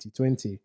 2020